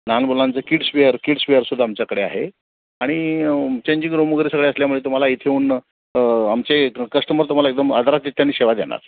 लहान मुलांचं kidswear kidswear सुद्धा आमच्याकडे आहे आणि चेंजिंग रूम वगैरे सगळे असल्यामुळे तुम्हाला इथे येऊन आमचे कस्टमर तुम्हाला एकदम आदरातिथ्याने सेवा देणार